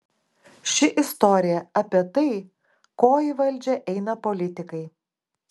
ši istorija apie tai ko į valdžią eina politikai